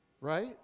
right